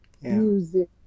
Music